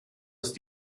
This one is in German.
ist